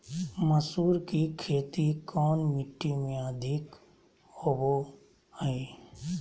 मसूर की खेती कौन मिट्टी में अधीक होबो हाय?